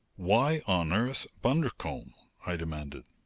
why on earth bundercombe? i demanded.